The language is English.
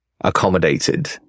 accommodated